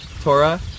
Torah